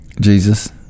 Jesus